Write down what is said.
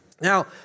Now